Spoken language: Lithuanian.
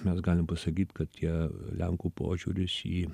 mes galim pasakyti kad tie lenkų požiūris į